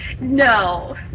No